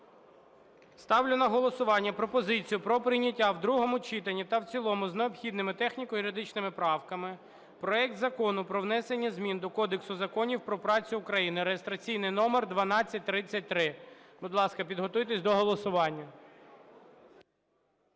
Ставлю на голосування пропозицію про прийняття в другому читанні та в цілому з необхідними техніко-юридичними правками проект Закону про внесення змін до Кодексу законів про працю України (реєстраційний номер 1233). Будь ласка, підготуйтесь до голосування.